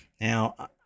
Now